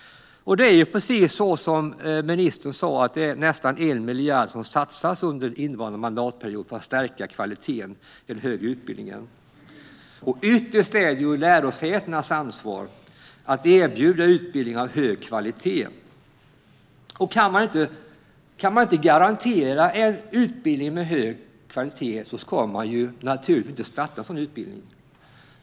Som ministern sa satsas det nästan 1 miljard under innevarande mandatperiod på att stärka kvaliteten i den högre utbildningen. Ytterst är det lärosätenas ansvar att erbjuda utbildning av hög kvalitet. Kan man inte garantera en utbildning med hög kvalitet ska man naturligtvis inte starta en utbildning.